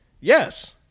yes